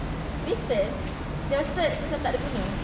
wasted the cert macam tak ada guna